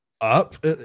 up